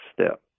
step